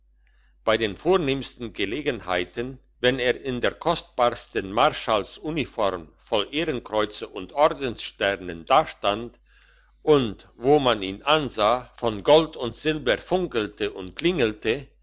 bei den vornehmsten gelegenheiten wenn er in der kostbarsten marschallsuniform voll ehrenkreuzen und ordenssternen dastand und wo man ihn ansah von gold und silber funkelte und klingelte